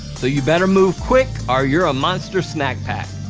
so you better move quick or you're a monster snack pack.